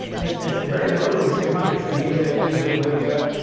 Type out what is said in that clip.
and it's it's very deliberate when you see the countries tunisia, egypt, libya.